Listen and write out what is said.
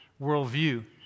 worldview